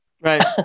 right